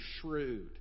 shrewd